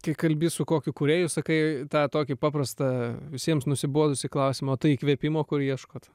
kai kalbi su kokiu kūrėju sakai tą tokį paprastą visiems nusibodusį klausimą o tai įkvėpimo kur ieškot